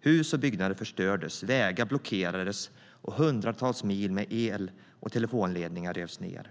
Hus och byggnader förstördes, vägar blockerades och hundratals mil med el och telefonledningar revs ned.